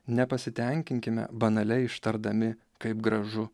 nepasitenkinkime banalia ištardami kaip gražu